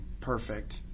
perfect